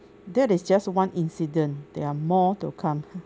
that is just one incident there are more to come